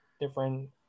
different